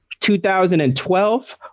2012